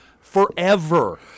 forever